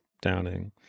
Downing